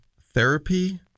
Therapy